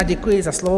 Děkuji za slovo.